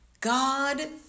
God